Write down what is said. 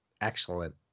excellent